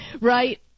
Right